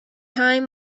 time